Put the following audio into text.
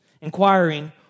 inquiring